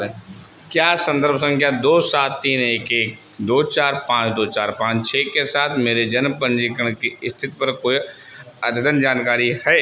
क्या संदर्भ संख्या दो सात तीन एक एक दो चार पाँच दो चार पाँच छः के साथ मेरे जन्म पंजीकरण की स्थिति पर कोई अद्यतन जानकारी है